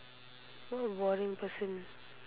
what a boring person